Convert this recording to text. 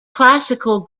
classical